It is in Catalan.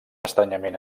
estranyament